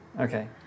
Okay